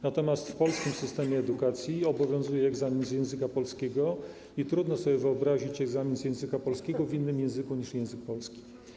Natomiast w polskim systemie edukacji obowiązuje egzamin z języka polskiego i trudno sobie wyobrazić egzamin z języka polskiego w innym języku niż język polski.